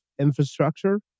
infrastructure